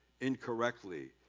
incorrectly